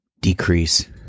decrease